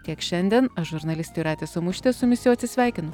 tiek šiandien aš žurnalistė jūratė samušytė jau atsisveikinu